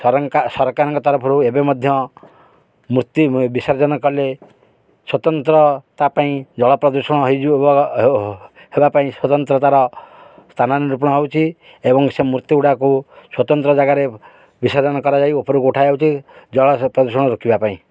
ସରକାରଙ୍କ ତରଫରୁ ଏବେ ମଧ୍ୟ ମୂର୍ତ୍ତି ବିସର୍ଜନ କଲେ ସ୍ୱତନ୍ତ୍ର ତା' ପାଇଁ ଜଳ ପ୍ରଦୂଷଣ ହେଇଯିବ ହେବା ପାଇଁ ସ୍ଵତନ୍ତ୍ର ତାର ସ୍ଥାନା ନିରୂପଣ ହେଉଛି ଏବଂ ସେ ମୂର୍ତ୍ତି ଗୁଡ଼ାକୁ ସ୍ଵତନ୍ତ୍ର ଜାଗାରେ ବିସର୍ଜନ କରାଯାଇ ଉପରକୁ ଉଠା ହେଉଛି ଜଳ ପ୍ରଦୂଷଣ ରୋକିବା ପାଇଁ